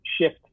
shift